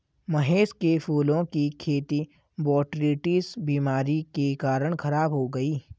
महेश के फूलों की खेती बोटरीटिस बीमारी के कारण खराब हो गई